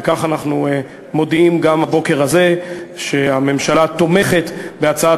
וכך אנחנו מודיעים גם הבוקר הזה שהממשלה תומכת בהצעת